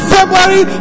February